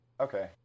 Okay